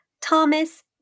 Thomas